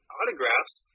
autographs